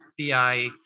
FBI